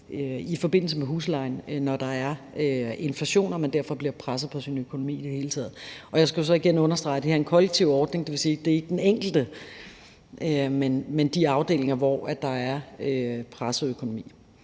i forbindelse med huslejen, når der er inflation og man derfor bliver presset på sin økonomi hele tiden. Jeg skal jo så igen understrege, at det her er en kollektiv ordning. Det vil sige, at det ikke er den enkelte, det handler om, men de afdelinger, hvor der er presset økonomi.